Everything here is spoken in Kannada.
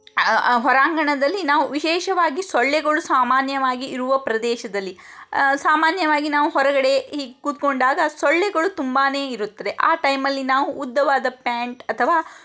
ಹೊರಾಂಗಣದಲ್ಲಿ ನಾವು ವಿಶೇಷವಾಗಿ ಸೊಳ್ಳೆಗಳು ಸಾಮಾನ್ಯವಾಗಿ ಇರುವ ಪ್ರದೇಶದಲ್ಲಿ ಸಾಮಾನ್ಯವಾಗಿ ನಾವು ಹೊರಗಡೆ ಹೀಗೇ ಕೂತ್ಕೊಂಡಾಗ ಸೊಳ್ಳೆಗಳು ತುಂಬಾ ಇರುತ್ತವೆ ಆ ಟೈಮಲ್ಲಿ ನಾವು ಉದ್ದವಾದ ಪ್ಯಾಂಟ್ ಅಥವಾ